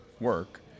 work